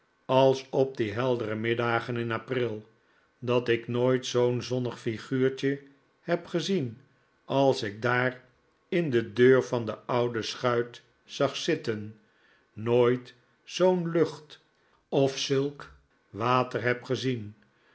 als op die heldere middagen in april dat ik nooit zoo'n zonnig figuurtje heb gezien als ik daar in de deur van de oude schuit zag zitten nooit zoo'n lucht of zulk water heb gezien